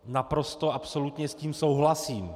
Naprosto absolutně s tím souhlasím.